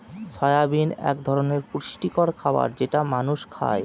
soybean এক ধরনের পুষ্টিকর খাবার যেটা মানুষ খায়